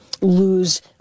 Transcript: lose